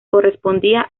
correspondía